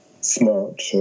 smart